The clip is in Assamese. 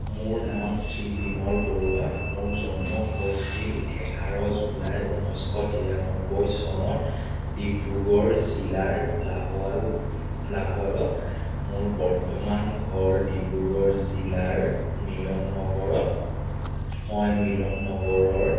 মোৰ নাম শ্ৰী বিমল বৰুৱা মোৰ জন্ম হৈছিল এঘাৰ জুলাই ঊনৈছশ তিৰান্নব্বৈ চনত ডিব্ৰুগড় জিলাৰ লাহোৱাল লাহোৱালত মোৰ বৰ্তমান ঘৰ ডিব্ৰুগড় জিলাৰ মিলন নগৰত মই মিলন নগৰৰ